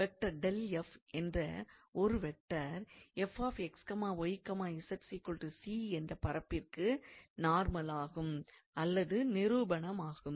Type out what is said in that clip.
𝑓 என்ற ஒரு வெக்டார் 𝑓𝑥𝑦𝑧 𝑐 என்ற பரப்பிற்கு நார்மலாகும் அல்லது நிரூபணமாகும்